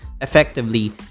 effectively